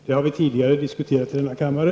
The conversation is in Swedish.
Det har vi diskuterat tidigare i denna kammare.